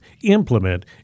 implement